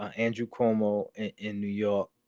ah andrew cuomo in new york,